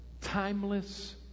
timeless